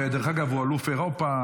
ודרך אגב, הוא אלוף אירופה.